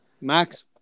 Max